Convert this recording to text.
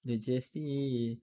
duit G_S_T